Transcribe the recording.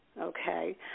okay